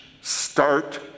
start